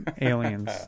aliens